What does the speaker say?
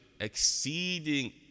exceeding